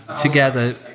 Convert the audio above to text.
together